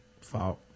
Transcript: fault